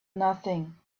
nothing